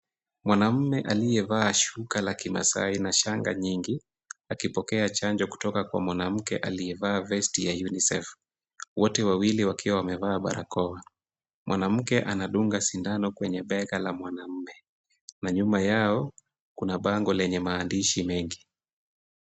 Mwanaume aliyevaa shuka la kimaasai na shanga nyingi akipokea chanjo kutoka kwa mwanamke aliyavaa vesti ya UNICEF, wote wawili wakiwa wamevaa barakoa. Mwanamke anadunga sindano kwenye bega la mwanaume na nyuma yao kuna bango lenye maandishi mengi.